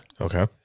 Okay